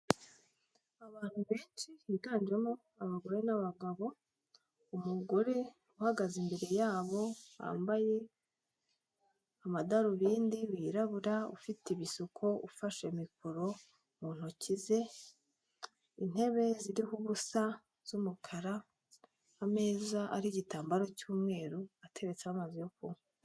Abantu benshi biganjemo abagore n'abagabo umugore uhagaze imbere yabo wambaye amadarubindi wirabura ufite ibisuko ufashe mikoro mu ntoki ze intebe ziriho ubusa z'umukara ameza ariho igitambaro cy'umweru hateretse amazi yo kunywa.